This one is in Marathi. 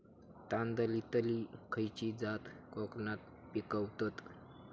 तांदलतली खयची जात कोकणात पिकवतत?